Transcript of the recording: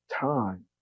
time